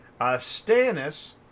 Stannis